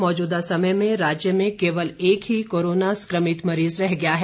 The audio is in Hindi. मौजूदा समय में राज्य में कोवल एक ही कोरोना संक्रमित मरीज रह गया है